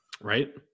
right